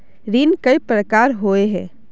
ऋण कई प्रकार होए है?